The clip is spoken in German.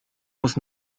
muss